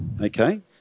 Okay